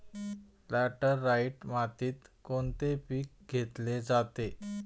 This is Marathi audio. लॅटराइट मातीत कोणते पीक घेतले जाते?